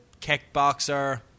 kickboxer